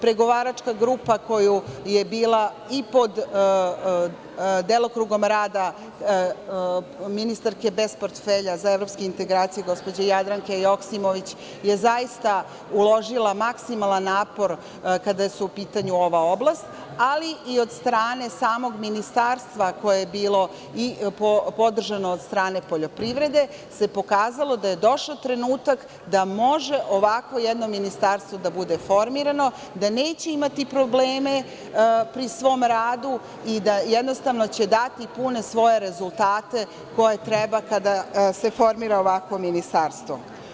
Pregovaračka grupa koja je bila i pod delokrugom rada ministarke bez portfelja za evropske integracije, gospođe Jadranke Joksimović, je zaista uložila maksimalan napor kada je u pitanju ova oblast, ali i od strane samog ministarstva, koje je bilo podržano od strane poljoprivrede, se pokazalo da je došao trenutak da može ovako jedno ministarstvo da bude formirano, da neće imati probleme pri svom radu i da će dati pune svoje rezultate koje treba kada se formira ovakvo ministarstvo.